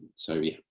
so yes,